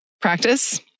practice